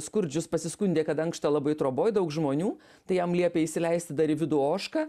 skurdžius pasiskundė kad ankšta labai troboj daug žmonių tai jam liepė įsileisti dar į vidų ožką